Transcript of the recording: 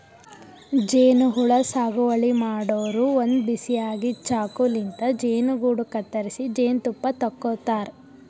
ಜೇನಹುಳ ಸಾಗುವಳಿ ಮಾಡೋರು ಒಂದ್ ಬಿಸಿ ಆಗಿದ್ದ್ ಚಾಕುಲಿಂತ್ ಜೇನುಗೂಡು ಕತ್ತರಿಸಿ ಜೇನ್ತುಪ್ಪ ತಕ್ಕೋತಾರ್